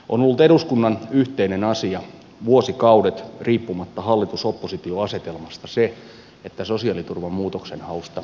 on ollut eduskunnan yhteinen asia vuosikaudet riippumatta hallitusoppositio asetelmasta se että sosiaaliturvan muutoksenhausta huolehditaan